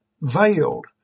veiled